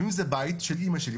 אם זה בית של אמא שלי,